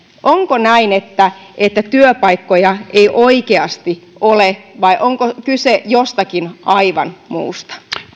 onko näin että että työpaikkoja ei oikeasti ole vai onko kyse jostakin aivan muusta